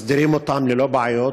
מסדירים אותם ללא בעיות,